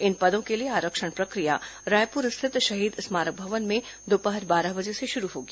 इन पदों के लिए आरक्षण प्रक्रिया रायपुर स्थित शहीद स्मारक भवन में दोपहर बारह बजे से शुरू होगी